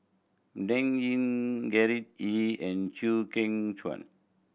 Dan Ying Gerard Ee and Chew Kheng Chuan